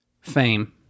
Fame